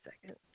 second